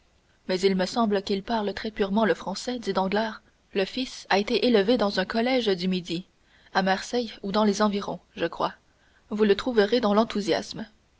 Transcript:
mais il me semble qu'ils parlent très purement le français dit danglars le fils a été élevé dans un collège du midi à marseille ou dans les environs je crois vous le trouverez dans l'enthousiasme